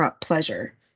pleasure